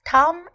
Tom